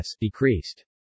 decreased